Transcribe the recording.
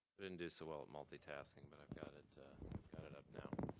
didn't do so well at multitasking but i've got it ah got it up now.